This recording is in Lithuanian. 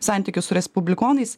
santykius su respublikonais